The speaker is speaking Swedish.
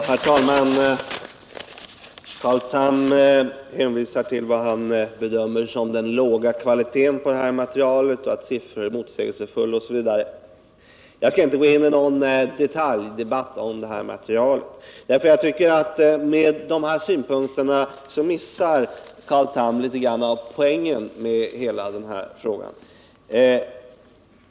Herr talman! Carl Tham hänvisar till vad han bedömer som den låga kvaliteten på detta material och att siffror är motsägelsefulla osv. Jag skall inte gå in i någon detaljdebatt om detta material, därför att jag tycker att Carl Tham med de här synpunkterna missar litet grand av poängen med hela den här frågan.